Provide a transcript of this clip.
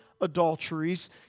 adulteries